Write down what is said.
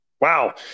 wow